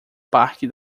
parque